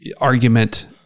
argument